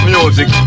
Music